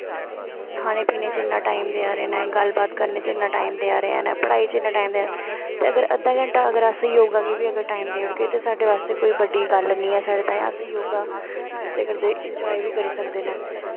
खानें पाने बिच्च इन्ना टाईम देआ दे नै गल्ल बात करने च इन्ना टाईम देआ दे नै पढ़ाई च इन्ना टाईम देआ ने ते अगर अद्धा घैंटा अगर अस योगा गी बी टाईम देई ओड़गे ते साढ़े बास्ते कोई बड्डी गल्ल निं ऐ साढ़े ताहीं अस योगा करदे करदे इंजाए बी करी सकदे न